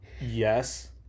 yes